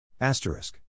Asterisk